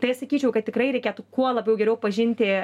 tai aš sakyčiau kad tikrai reikėtų kuo labiau geriau pažinti